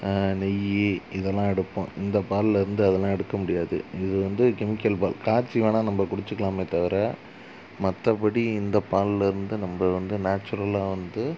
நெய் இதெல்லாம் எடுப்போம் இந்தப் பாலில் இருந்து அதெல்லாம் எடுக்க முடியாது இது வந்து கெமிக்கல் பால் காய்ச்சி வேணால் நம்ம குடிச்சுக்கலாமே தவிர மற்றபடி இந்தப் பாலில் இருந்து நம்ம வந்து நேச்சுரலாக வந்து